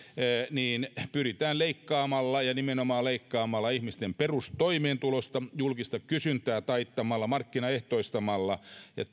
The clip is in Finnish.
siihen pyritään leikkaamalla ja nimenomaan leikkaamalla ihmisten perustoimeentulosta julkista kysyntää taittamalla markkinaehtoistamalla ja